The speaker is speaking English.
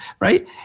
right